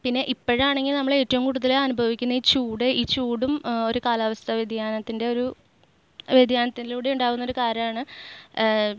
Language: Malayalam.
പിന്നെ ഇപ്പോഴാണെങ്കിൽ നമ്മൾ ഏറ്റവും കൂടുതൽ അനുഭവിക്കുന്ന ഈ ചൂട് ഈ ചൂടും ഒരു കാലാവസ്ഥ വ്യതിയാനത്തിൻ്റെ ഒരു വ്യതിയാനത്തിലൂടെ ഉണ്ടാകുന്ന ഒരു കാര്യമാണ്